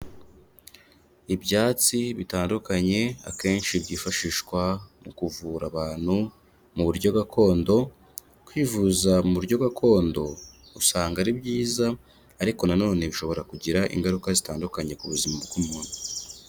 Ibyatsi bitandukanye akenshi byifashishwa mu kuvura abantu mu buryo gakondo, kwivuza mu buryo gakondo, usanga ari byiza ariko nanone bishobora kugira ingaruka zitandukanye ku buzima bw'umuntu.